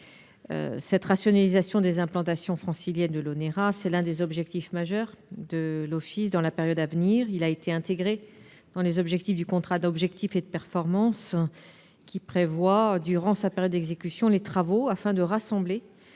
telle rationalisation des implantations franciliennes de l'Onera est l'un des objectifs majeurs de l'Office dans la période à venir. Elle a été intégrée dans les objectifs du contrat d'objectifs et de performance, qui prévoit, durant sa période d'exécution, les travaux pour rassembler